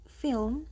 film